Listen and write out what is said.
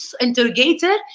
interrogator